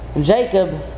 Jacob